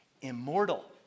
immortal